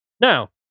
Now